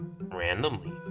randomly